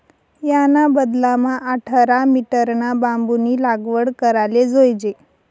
याना बदलामा आठरा मीटरना बांबूनी लागवड कराले जोयजे